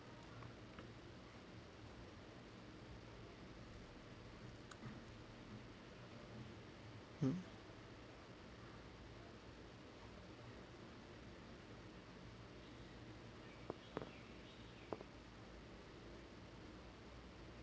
mm